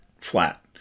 flat